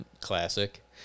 classic